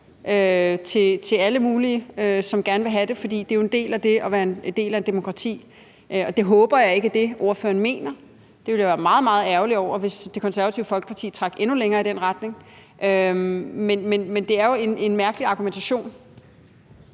til alle mulige, som gerne vil have det – for det er jo en del af det at være en del af et demokrati. Jeg håber ikke, at det er det, ordføreren mener. Det ville jeg være meget, meget ærgerlig over, altså hvis Det Konservative Folkeparti trak endnu længere i den retning. Men det er jo en mærkelig argumentation.